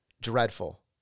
dreadful